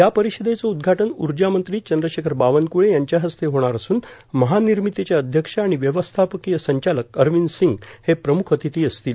या परिषदेच उदघाटन उर्जामंत्री चंद्रशेखर बावनकुळे यांच्या हस्ते होणार असून महानिर्भितीचे अध्यक्ष आणि व्यवस्थापकीय संचालक अरविंद सिंग हे प्रमुख अतिथी असतील